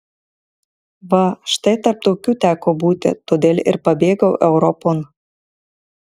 va štai tarp tokių teko būti todėl ir pabėgau europon